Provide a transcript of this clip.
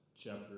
chapter